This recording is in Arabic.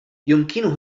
يمكنه